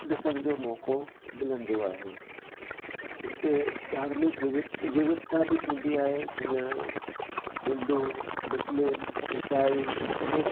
ॾिसण जो मौको मिलंदो आहे हिते धार्मिक विविध विविधता बि थींदी आहे जीअं हिंदू मुस्लिम इसाई सिख